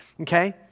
Okay